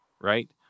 right